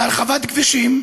בהרחבת כבישים,